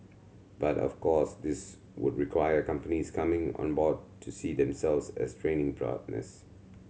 but of course this would require companies coming on board to see themselves as training partners